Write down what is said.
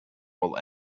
will